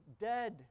dead